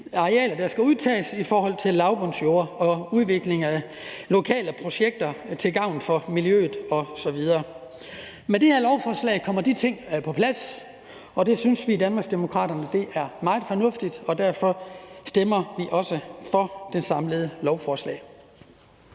arealer, der skal udtages i forhold til lavbundsjorder, og udvikling af lokale projekter til gavn for miljøet osv. Med det her lovforslag kommer de ting på plads, og det synes vi i Danmarksdemokraterne er meget fornuftigt, og derfor stemmer vi også for det samlede lovforslag.